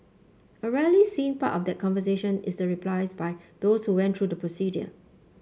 a rarely seen part of that conversation is the replies by those who went through the procedure